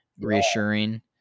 reassuring